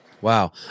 Wow